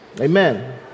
Amen